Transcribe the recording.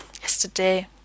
Yesterday